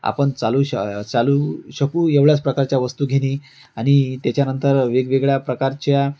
आपण चालू श चालू शकू एवढ्याच प्रकारच्या वस्तू घेणे आणि त्याच्यानंतर वेगवेगळ्या प्रकारच्या